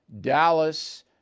Dallas